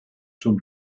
zum